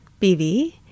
BV